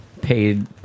paid